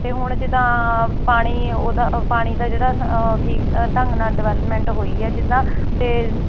ਅਤੇ ਹੁਣ ਜਿੱਦਾਂ ਪਾਣੀ ਉਹਦਾ ਪਾਣੀ ਦਾ ਜਿਹੜਾ ਠੀਕ ਢੰਗ ਨਾਲ ਡਿਵੈਲਪਮੈਂਟ ਹੋਈ ਹੈ ਜਿੱਦਾਂ ਅਤੇ